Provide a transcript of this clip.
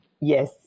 Yes